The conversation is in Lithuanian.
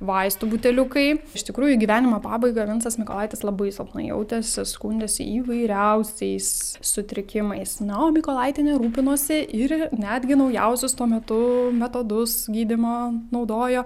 vaistų buteliukai iš tikrųjų į gyvenimo pabaigą vincas mykolaitis labai silpnai jautėsi skundėsi įvairiausiais sutrikimais na o mykolaitienė rūpinosi ir netgi naujausius tuo metu metodus gydymo naudojo